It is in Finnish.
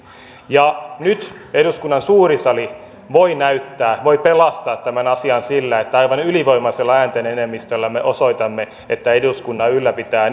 nyt eduskunnan suuri sali voi näyttää voi pelastaa tämän asian sillä että aivan ylivoimaisella äänten enemmistöllä me osoitamme että eduskunta ylläpitää